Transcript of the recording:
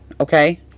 Okay